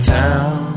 town